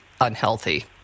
unhealthy